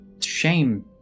Shame